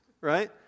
right